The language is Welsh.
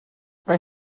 mae